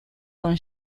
con